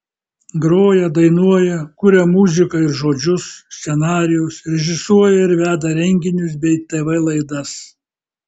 groja dainuoja kuria muziką ir žodžius scenarijus režisuoja ir veda renginius bei tv laidas